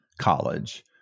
college